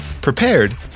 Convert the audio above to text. prepared